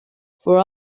for